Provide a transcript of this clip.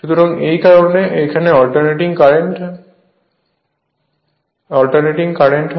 সুতরাং এই কারণেই এখানে অল্টারনেটিং কারেন্ট কারেন্ট হয়